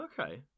okay